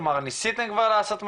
כלומר ניסיתם כבר לעשות משהו?